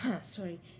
sorry